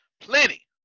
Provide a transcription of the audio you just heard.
Plenty